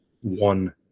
one